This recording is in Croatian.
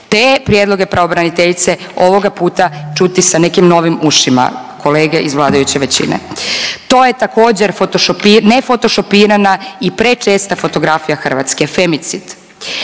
te prijedloge pravobraniteljice ovoga puta čuti sa nekim novim ušima kolege iz vladajuće većine. To je također ne fotošopirana i prečesta fotografija Hrvatske femicid.